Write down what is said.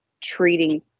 treating